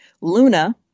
Luna